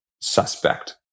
suspect